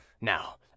Now